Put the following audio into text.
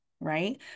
right